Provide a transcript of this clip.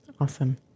Awesome